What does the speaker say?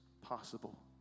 possible